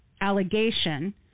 allegation